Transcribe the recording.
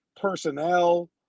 personnel